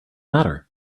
matter